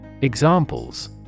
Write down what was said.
Examples